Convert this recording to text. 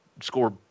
score